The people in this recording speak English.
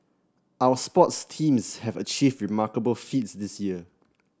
our sports teams have achieved remarkable feats this year